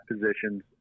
positions